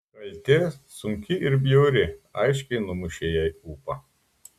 kaltė sunki ir bjauri aiškiai numušė jai ūpą